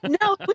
No